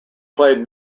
played